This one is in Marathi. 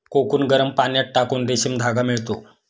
कोकून गरम पाण्यात टाकून रेशीम धागा मिळतो